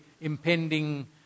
impending